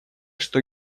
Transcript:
что